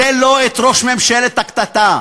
זה לא את ראש ממשלת הקטטה,